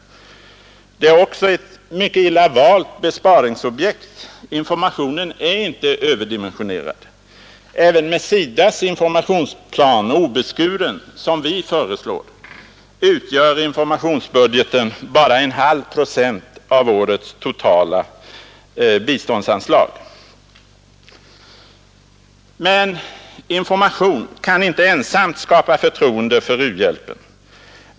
Det är också ett mycket illa valt besparingsobjekt; informationen är inte överdimensionerad. Även med SIDA:s informationsplan obeskuren, som vi föreslår, utgör informationsbudgeten bara en halv procent av årets totala biståndsanslag. Men informationen kan inte ensam skapa förtroende för u-hjälpen.